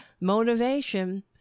motivation